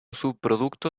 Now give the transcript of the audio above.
subproducto